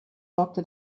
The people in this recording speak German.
sorgte